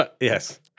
yes